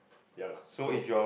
ya lah so